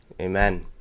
Amen